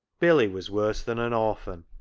billy was worse than an orphan.